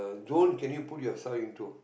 don't can you put yourself into